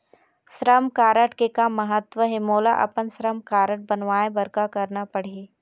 श्रम कारड के का महत्व हे, मोला अपन श्रम कारड बनवाए बार का करना पढ़ही?